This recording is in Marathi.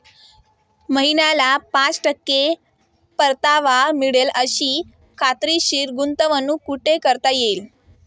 महिन्याला पाच टक्के परतावा मिळेल अशी खात्रीशीर गुंतवणूक कुठे करता येईल?